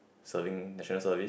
serving National Service